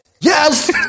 Yes